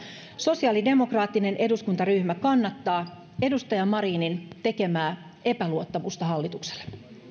sosiaalidemokraattinen eduskuntaryhmä kannattaa edustaja marinin tekemää epäluottamuslausetta hallitukselle